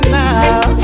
now